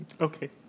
Okay